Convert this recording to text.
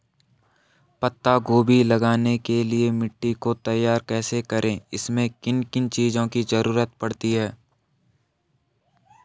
पत्ता गोभी लगाने के लिए मिट्टी को तैयार कैसे करें इसमें किन किन चीज़ों की जरूरत पड़ती है?